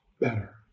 better